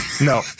no